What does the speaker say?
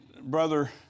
Brother